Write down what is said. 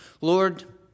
Lord